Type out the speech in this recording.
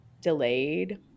delayed